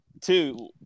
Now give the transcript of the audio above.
two